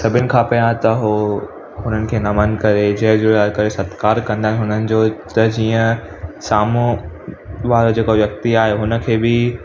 सभिनि खां पहरियों त उहे हुननि खे नमन करे जय झूलेलाल करे सतकार कंदा आहिनि हुननि जो त जीअं साम्हूं वारो जेको व्यक्ति आहे हुन खे बि